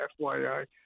FYI